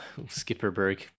Skipperberg